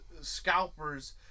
scalpers